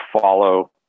follow